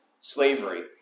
slavery